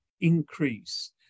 increase